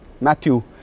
Matthew